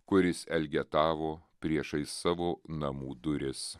kuris elgetavo priešais savo namų duris